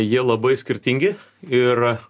jie labai skirtingi ir